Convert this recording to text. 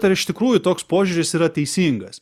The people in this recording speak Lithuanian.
ar iš tikrųjų toks požiūris yra teisingas